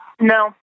No